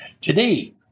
Today